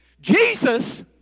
Jesus